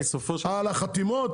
על החתימות?